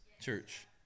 church